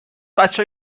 بچه